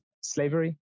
slavery